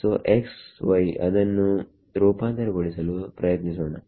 so x y ಇದನ್ನು ರೂಪಾಂತರ ಗೊಳಿಸಲು ಪ್ರಯತ್ನಿಸೋಣ